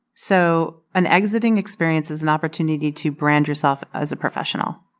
so an exiting experience is an opportunity to brand yourself as a professional.